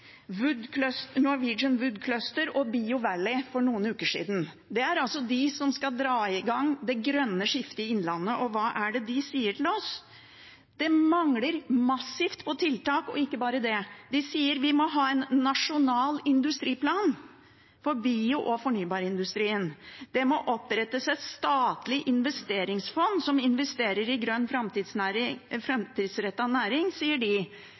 Cluster og BioValley for noen uker siden. Det er altså de som skal dra i gang det grønne skiftet i Innlandet, og hva er det de sier til oss? Det mangler massivt når det gjelder tiltak. Og ikke bare det – de sier at vi må ha en nasjonal industriplan for bio- og fornybarindustrien. Det må opprettes et statlig investeringsfond som investerer i grønn, framtidsrettet næring, sier de